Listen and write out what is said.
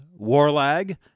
Warlag